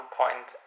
point